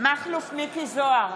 מכלוף מיקי זוהר,